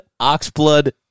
Oxblood